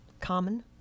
common